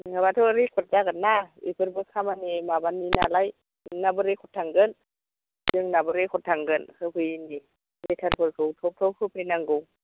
नोङाबाथ' record जागोनना बेफोरबो खामानि माबानि नालाय नोंनाबो रेकर्द थांगोन जोंनाबो रेकर्द थांगोन होफैयैनि लेटारफोरखौ थब थब होफैनांगौ